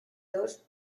dos